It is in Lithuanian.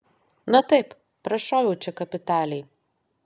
na taip prašoviau čia kapitaliai